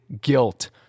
guilt